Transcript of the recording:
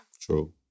True